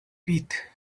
pit